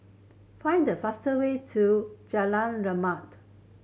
find the fast way to Jalan Rimau